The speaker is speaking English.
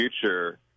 future